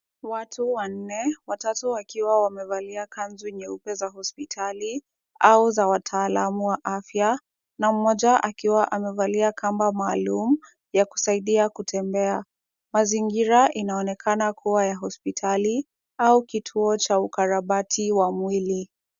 Watu wanne, watatu wakiwa wamevalia kanzu nyeupe za hospitali au za wataalam wa afya, na mmoja akiwa amevalia kamba maalum ya kusaidia kutembea. Mazingira inaonekana kuwa ya hospitali au kituo cha ukarabati wa mwili.